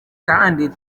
kandi